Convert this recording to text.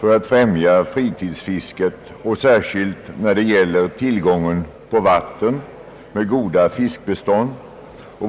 för att främja fritidsfisket, särskilt när det gäller tillgången till vatten med goda fiskbestånd.